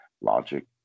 logic